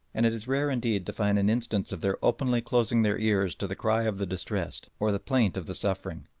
and it is rare indeed to find an instance of their openly closing their ears to the cry of the distressed or the plaint of the suffering.